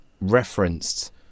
referenced